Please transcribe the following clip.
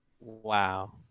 Wow